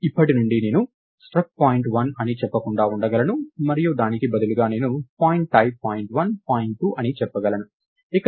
ఇప్పటి నుండి నేను struct point1 అని చెప్పకుండా ఉండగలను మరియు దానికి బదులుగా నేను pointType point1 point2 అని చెప్పగలను